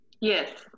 Yes